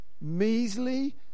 measly